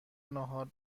ناهار